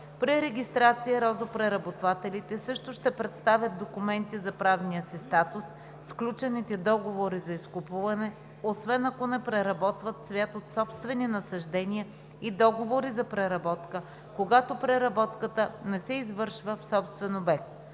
При регистрация розопреработвателите също ще представят документи за правния си статус, сключените договори за изкупуване, освен ако не преработват цвят от собствени насаждения и договори за преработка, когато преработката не се извършва в собствен обект.